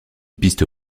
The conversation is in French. piste